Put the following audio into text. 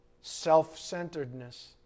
self-centeredness